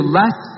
less